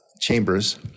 chambers